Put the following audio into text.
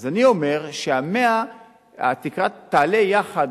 אז אני אומר שהתקרה תעלה יחד,